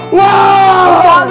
wow